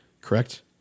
Correct